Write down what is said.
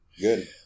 good